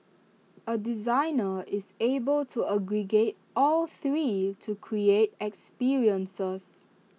A designer is able to aggregate all three to create experiences